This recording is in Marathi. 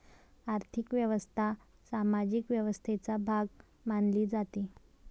आर्थिक व्यवस्था सामाजिक व्यवस्थेचा भाग मानली जाते